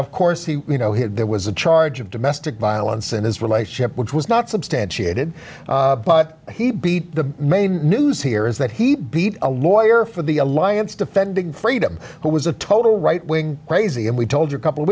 of course he you know he had there was a charge of domestic violence in his relationship which was not substantiated but he be the main news here is that he beat a lawyer for the alliance defending freedom who was a total right wing crazy and we told you a couple